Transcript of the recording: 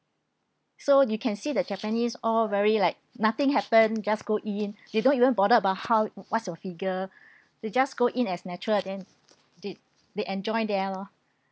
so you can see the japanese all very like nothing happen just go in they don't even bother about how what's your figure they just go in as natural and then they they enjoy there lor